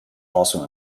also